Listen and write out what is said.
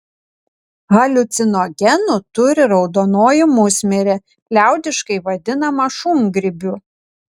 haliucinogenų turi raudonoji musmirė liaudiškai vadinama šungrybiu